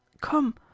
Come